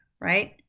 right